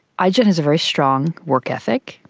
ah igen has a very strong work ethic,